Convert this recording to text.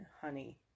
Honey